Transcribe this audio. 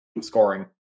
scoring